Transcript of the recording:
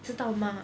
知道吗